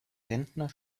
rentner